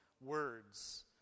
words